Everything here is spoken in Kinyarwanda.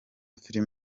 film